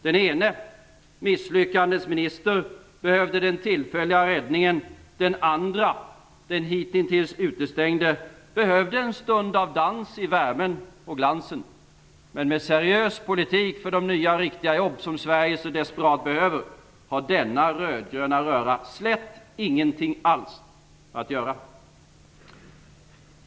Den ene misslyckandesminister behövde den tillfälliga räddningen, den andra hittills utestängde behövde en stund av dans i värmen och glansen. Men med seriös politik för att skapa de nya, riktiga jobb som Sverige så desperat behöver har denna rödgröna röra slätt ingenting alls att göra.